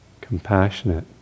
compassionate